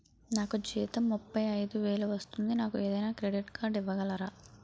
నాకు జీతం ముప్పై ఐదు వేలు వస్తుంది నాకు ఏదైనా క్రెడిట్ కార్డ్ ఇవ్వగలరా?